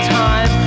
time